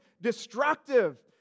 destructive